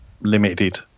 limited